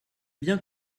bien